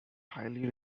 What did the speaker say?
highly